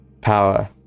power